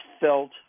felt